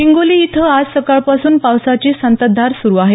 हिंगोली आज सकाळपासून पावसाची संततधार सुरू आहे